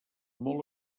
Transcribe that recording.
molt